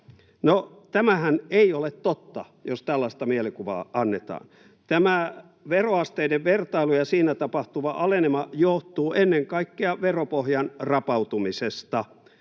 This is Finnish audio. tämähän ei ole totta, jos tällaista mielikuvaa annetaan. Tämä veroasteiden vertailu ja siinä tapahtuva alenema johtuu ennen kaikkea veropohjan rapautumisesta,